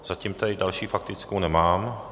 Zatím tady další faktickou nemám.